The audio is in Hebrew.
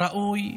ראוי,